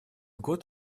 год